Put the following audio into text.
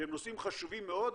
שהם נושאים חשובים מאוד,